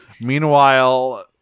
Meanwhile